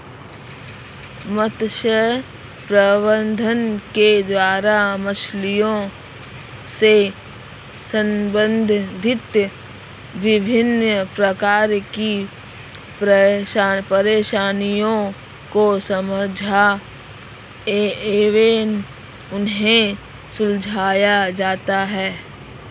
मत्स्य प्रबंधन के द्वारा मछलियों से संबंधित विभिन्न प्रकार की परेशानियों को समझा एवं उन्हें सुलझाया जाता है